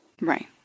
Right